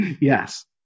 Yes